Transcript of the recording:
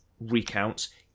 recounts